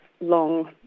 long